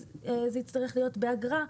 זה יצטרך להיות באגרה.